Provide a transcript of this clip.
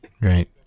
Right